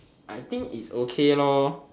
I think is okay lor